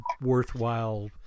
worthwhile